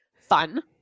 fun